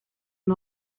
and